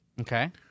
Okay